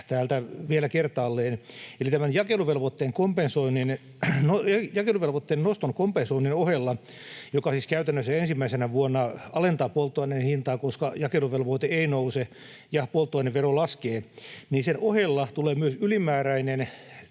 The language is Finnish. täältä vielä kertaalleen, eli tämän jakeluvelvoitteen noston kompensoinnin ohella, joka siis käytännössä ensimmäisenä vuonna alentaa polttoaineen hintaa, koska jakeluvelvoite ei nouse ja polttoainevero laskee, tulee myös tästä täysin ylimääräinen